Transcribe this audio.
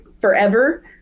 forever